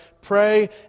pray